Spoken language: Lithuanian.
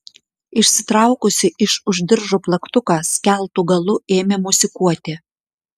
išsitraukusi iš už diržo plaktuką skeltu galu ėmė mosikuoti